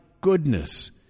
goodness